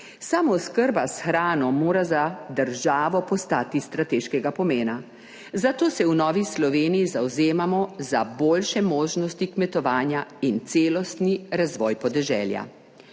Samooskrba s hrano mora za državo postati strateškega pomena, zato se v Novi Sloveniji zavzemamo za boljše možnosti kmetovanja in celostni razvoj podeželja.